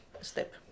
step